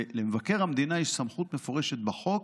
ולמבקר המדינה יש סמכות מפורשת בחוק,